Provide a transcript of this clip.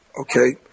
Okay